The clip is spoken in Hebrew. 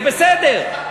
זה בסדר,